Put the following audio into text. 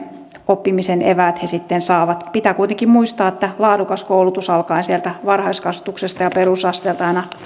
oppimisen eväät sitten saavat nämä opiskelijat joilla on pitkä matka kouluun pitää kuitenkin muistaa että laadukas koulutus alkaen sieltä varhaiskasvatuksesta ja perusasteelta aina